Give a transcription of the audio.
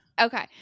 Okay